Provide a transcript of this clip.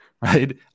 right